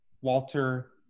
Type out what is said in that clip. Walter